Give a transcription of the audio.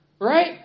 Right